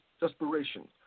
desperation